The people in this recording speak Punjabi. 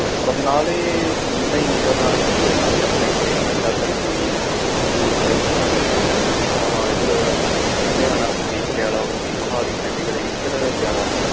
ਬਰਨਾਲੇ ਨਹੀਂ ਨਹੀਂ ਬਰਨਾਲੇ 'ਚ ਨਹੀਂ ਹੈਗੀ ਗੀ ਆਪਣੇ ਜਿਵੇਂ ਬਠਿੰਡਾ ਸਾਈਡ ਹੋ ਗਈ ਸੰਗਰੂਰ ਸਾਈਡ ਹੋ ਗਈ ਹਾਂ ਹਾਂ ਇੱਧਰ ਲੁਧਿਆਣਾ ਹੋ ਗਈ ਪਟਿਆਲਾ ਹੋ ਗਈ ਮੋਹਾਲੀ ਚੰਡੀਗੜ੍ਹ ਇੱਧਰ ਜ਼ਿਆਦਾ ਗੀ